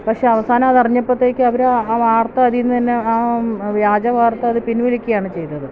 പക്ഷേ അവസാനം അത് അറിഞ്ഞപ്പോഴത്തേക്ക് അവര് ആ വാർത്ത അതില് നിന്ന് തന്നെ ആ വ്യാജ വാർത്ത അത് പിന്വലിക്കുകയാണ് ചെയ്തത്